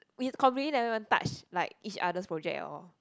it's completely never even touch like each other's project at all